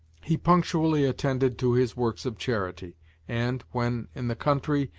he punctually attended to his works of charity and, when in the country,